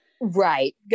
Right